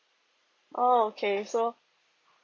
oh okay so